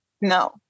no